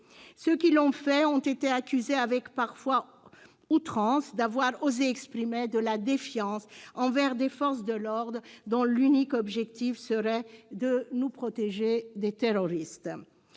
Ceux qui l'ont fait ont été accusés, parfois avec outrance, d'avoir osé exprimer de la défiance envers des forces de l'ordre dont l'unique objectif serait de nous protéger des terroristes.